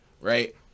right